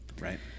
Right